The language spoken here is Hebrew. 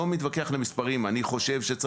יש לי